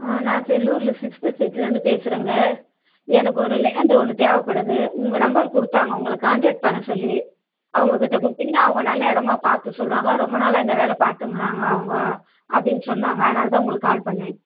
ஆ நான் செல்லூரில் சிக்ஸ்த்து ஸ்ட்ரீட்லேந்து பேசுகிறேங்க எனக்கு ஒரு லேண்டு ஒன்று தேவைப்படுது உங்கள் நம்பர் கொடுத்தாங்க உங்களை கான்டெக்ட் பண்ண சொல்லி அவங்கக்கிட்ட கொடுத்தீங்கன்னா அவங்க நல்ல இடமா பார்த்து சொல்லுவாங்க ரொம்ப நாளாக இந்த வேலை பார்த்துன்னுருக்காங்க அவங்க அப்படின்னு சொன்னாங்க அதனால் தான் உங்களுக்கு கால் பண்ணேன்